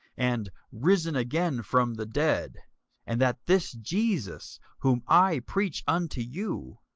and risen again from the dead and that this jesus, whom i preach unto you,